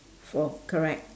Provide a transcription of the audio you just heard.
four correct